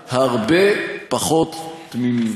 להיות הרבה פחות תמימים.